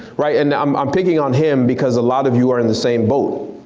right and um i'm picking on him because a lot of you are in the same boat.